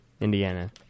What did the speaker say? Indiana